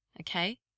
Okay